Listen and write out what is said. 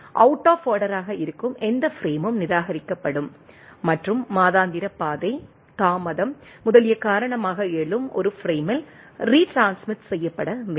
out of ஆர்டராக இருக்கும் எந்த பிரேமும் நிராகரிக்கப்படும் மற்றும் மாதாந்திர பாதை தாமதம் முதலியன காரணமாக எழும் ஒரு பிரேமில் ரீட்ரான்ஸ்மிட் செய்யப்பட வேண்டும்